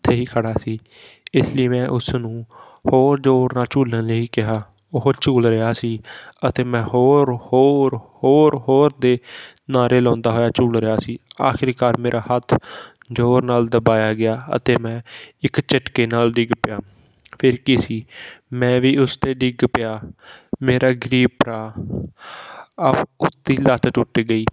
ਉੱਥੇ ਹੀ ਖੜ੍ਹਾ ਸੀ ਇਸ ਲਈ ਮੈਂ ਉਸ ਨੂੰ ਹੋਰ ਜੋਰ ਨਾਲ ਝੂਲਣ ਲਈ ਕਿਹਾ ਉਹ ਝੂਲ ਰਿਹਾ ਸੀ ਅਤੇ ਮੈਂ ਹੋਰ ਹੋਰ ਹੋਰ ਹੋਰ ਦੇ ਨਾਅਰੇ ਲਾਉਂਦਾ ਹੋਇਆ ਝੂਲ ਰਿਹਾ ਸੀ ਆਖਿਰਕਾਰ ਮੇਰਾ ਹੱਥ ਜੋਰ ਨਾਲ ਦਬਾਇਆ ਗਿਆ ਅਤੇ ਮੈਂ ਇੱਕ ਝਟਕੇ ਨਾਲ ਡਿੱਗ ਪਿਆ ਫਿਰ ਕੀ ਸੀ ਮੈਂ ਵੀ ਉਸ 'ਤੇ ਡਿੱਗ ਪਿਆ ਮੇਰਾ ਗਰੀਬ ਭਰਾ ਆਹ ਉਸ ਦੀ ਲੱਤ ਟੁੱਟ ਗਈ